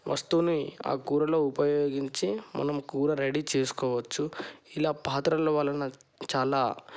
వస్తువుని ఆ కూరలో ఉపయోగించే మనము కూర రెడీ చేసుకోవచ్చు ఇలా పాత్రల వలన చాలా